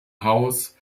haus